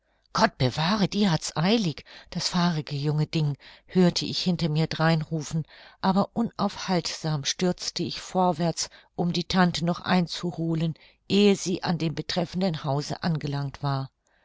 gott bewahre die hat's eilig das fahrige junge ding hörte ich hinter mir drein rufen aber unaufhaltsam stürzte ich vorwärts um die tante noch einzuholen ehe sie an dem betreffenden hause angelangt war